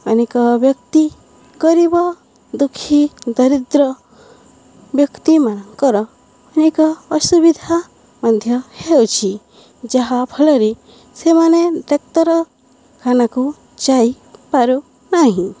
ଅନେକ ବ୍ୟକ୍ତି ଗରିବ ଦୁଃଖୀ ଦରିଦ୍ର ବ୍ୟକ୍ତିମାନଙ୍କର ଅନେକ ଅସୁବିଧା ମଧ୍ୟ ହେଉଛି ଯାହାଫଳରେ ସେମାନେ ଡାକ୍ତରଖାନାକୁ ଯାଇପାରୁ ନାହିଁ